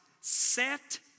set